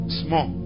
small